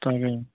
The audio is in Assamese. তাকে